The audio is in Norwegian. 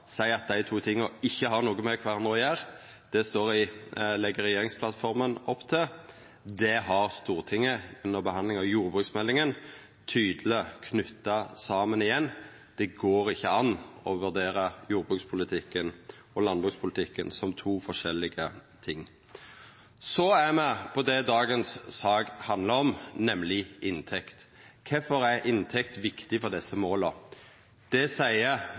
seier at dei to tinga ikkje har noko med kvarandre å gjera. Det legg regjeringsplattforma opp til. Det har Stortinget, under behandlinga av jordbruksmeldinga, tydeleg knytt saman igjen. Det går ikkje an å vurdera jordbrukspolitikken og landbrukspolitikken som to forskjellige ting. Så er me på det dagens sak handlar om, nemleg inntekt. Kvifor er inntekt viktig for desse måla? Det seier